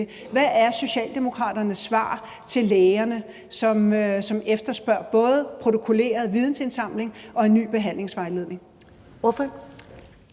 Hvad er Socialdemokraternes svar til lægerne, som efterspørger både protokolleret vidensindsamling og en ny behandlingsvejledning?